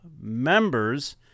members